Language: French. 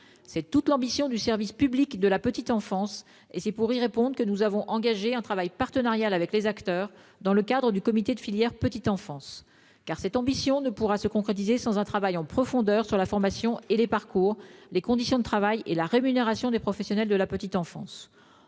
C'est toute l'ambition du service public de la petite enfance, et c'est pour y répondre que nous avons engagé un travail partenarial avec les acteurs, dans le cadre du comité de filière Petite enfance. Car cette ambition ne pourra se concrétiser sans un travail en profondeur sur la formation et les parcours, les conditions de travail et la rémunération des professionnels de la petite enfance.